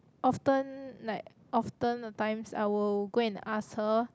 often like often a times I will go and ask her